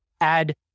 add